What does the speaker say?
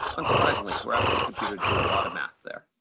unsurprisingly, we're asking the computer to do a lot of math there.